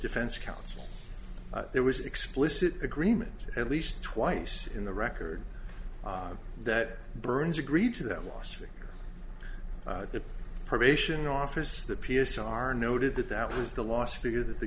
defense counsel there was explicit agreement at least twice in the record that burns agreed to that last for the probation office that p s are noted that that was the last figure that the